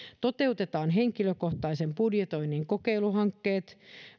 toteutetaan henkilökohtaisen budjetoinnin kokeiluhankkeet